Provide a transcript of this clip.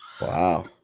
Wow